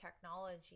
technology